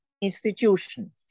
institution